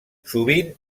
sovint